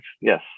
Yes